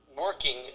working